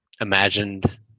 imagined